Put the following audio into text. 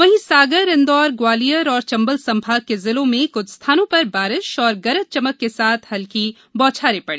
वहीं सागर इंदौर ग्वालियर और चंबल संभाग के जिलों में कुछ स्थानों पर बारिश और गरज चमक के साथ हल्की बारिश हुई